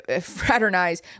fraternize